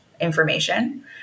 information